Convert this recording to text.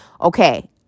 okay